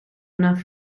enough